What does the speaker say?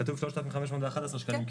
כתוב: 3,511 שקלים,